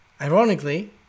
ironically